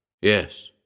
Yes